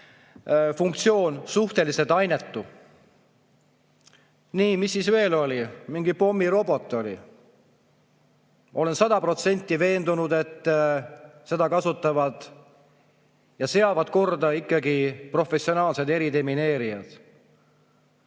funktsioon suhteliselt ainetu. Mis siis veel oli? Mingi pommirobot oli. Olen sada protsenti veendunud, et seda kasutavad ja seavad korda ikkagi professionaalsed eridemineerijad.